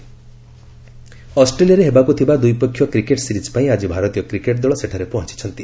ଖେଳ ଅଷ୍ଟ୍ରେଲିଆରେ ହେବାକୁ ଥିବା ଦ୍ୱିପକ୍ଷୀୟ କ୍ରିକେଟ୍ ସିରିଜ୍ ପାଇଁ ଆଜି ଭାରତୀୟ କ୍ରିକେଟ୍ ଦଳ ସେଠାରେ ପହଞ୍ଚିଛନ୍ତି